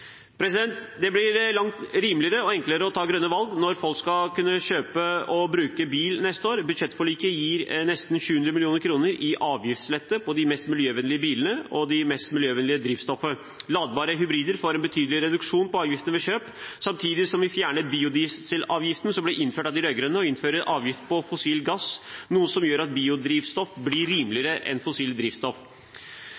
Det blir langt rimeligere og enklere å ta grønne valg når folk skal kjøpe og bruke bil neste år. Budsjettforliket gir nesten 700 mill. kr i avgiftslette på de mest miljøvennlige bilene og det mest miljøvennlige drivstoffet. Ladbare hybrider får en betydelig reduksjon i avgiftene ved kjøp, samtidig som vi fjerner biodieselavgiften som ble innført av de rød-grønne, og vi innfører en avgift på fossil gass, noe som gjør at biodrivstoff blir